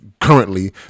currently